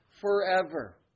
forever